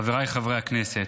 חבריי חברי הכנסת,